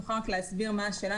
תוכל רק להסביר מה השאלה?